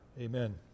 Amen